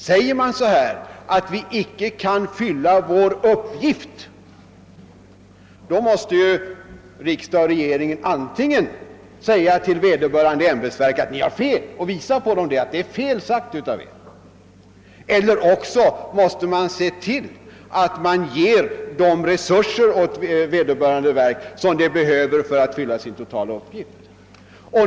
Säger ämbetsverket att det icke kan fylla sin uppgift, måste riksdag och regering antingen visa att ämbetsverket har fel eller också ge verket de resurser som det behöver för att fylla sin totala uppgift.